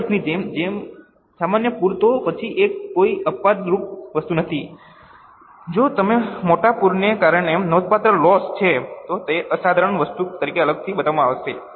દર વર્ષની જેમ સામાન્ય પૂર તો પછી તે કોઈ અપવાદરૂપ વસ્તુ નથી જો તે મોટા પૂરને કારણે નોંધપાત્ર લોસ છે તો તે અસાધારણ વસ્તુ તરીકે અલગથી બતાવવામાં આવશે